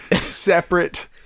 separate